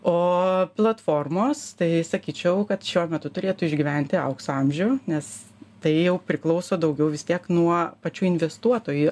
o platformos tai sakyčiau kad šiuo metu turėtų išgyventi aukso amžių nes tai jau priklauso daugiau vis tiek nuo pačių investuotojų